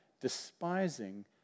Despising